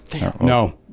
No